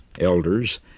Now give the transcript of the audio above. elders